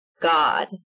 God